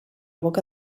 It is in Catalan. boca